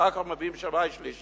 אחר כך מביאים שמאי שלישי,